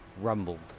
rumbled